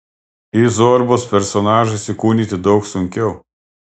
į zorbos personažą įsikūnyti daug sunkiau